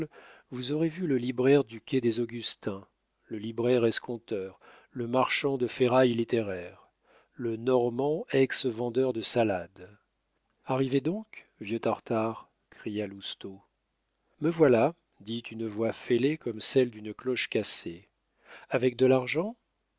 vous aurez vu le libraire du quai des augustins le libraire escompteur le marchand de ferraille littéraire le normand ex vendeur de salade arrivez donc vieux tartare cria lousteau me voilà dit une voix fêlée comme celle d'une cloche cassée avec de l'argent